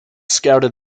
scouted